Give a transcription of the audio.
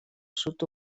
sud